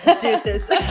Deuces